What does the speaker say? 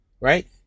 Right